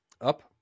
up